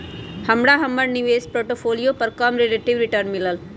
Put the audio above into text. हमरा हमर निवेश पोर्टफोलियो पर कम रिलेटिव रिटर्न मिलल